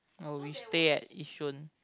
no we stay at Yishun